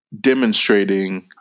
demonstrating